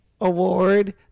award